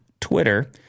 Twitter